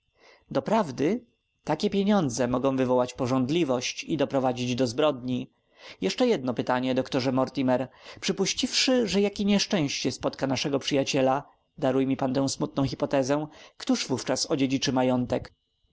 doprawdy takie pieniądze mogą wywołać pożądliwość i doprowadzić do zbrodni jeszcze jedno pytanie doktorze mortimer przypuściwszy że jakie nieszczęście spotka naszego przyjaciela daruj mi pan tę smutną hypotezę kto wówczas odziedziczy majątek